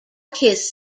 his